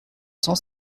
cent